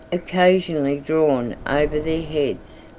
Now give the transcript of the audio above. occasionally drawn over their heads.